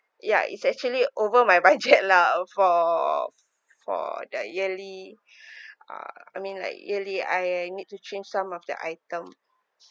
ya it's actually over my budget lah uh for for the yearly uh I mean like yearly I need to change some of the items